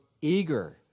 eager